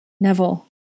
Neville